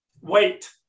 Wait